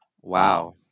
Wow